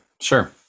sure